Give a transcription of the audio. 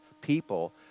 people